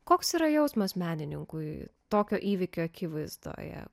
koks yra jausmas menininkui tokio įvykio akivaizdoje